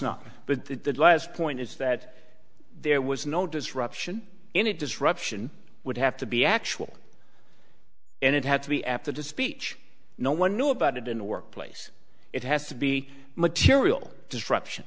not but the last point is that there was no disruption in it disruption would have to be actual and it had to be after to speech no one knew about it in the workplace it has to be material disruption